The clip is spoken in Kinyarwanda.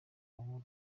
ubu